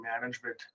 management